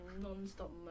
non-stop